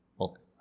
Okay